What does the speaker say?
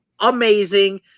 amazing